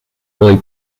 fully